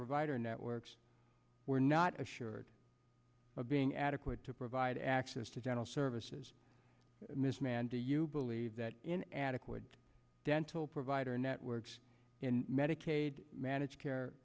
provider networks were not assured of being adequate to provide access to dental services and this man do you believe that in adequate dental provider networks and medicaid managed care